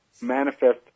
manifest